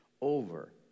over